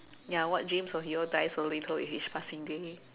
ya what dreams of your dies a little with each passing day